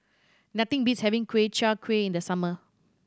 nothing beats having Ku Chai Kuih in the summer